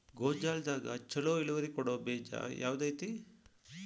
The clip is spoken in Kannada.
ಗೊಂಜಾಳದಾಗ ಛಲೋ ಇಳುವರಿ ಕೊಡೊ ಬೇಜ ಯಾವ್ದ್ ಐತಿ?